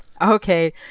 okay